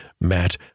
Matt